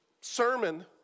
sermon